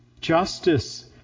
justice